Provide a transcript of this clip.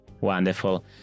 Wonderful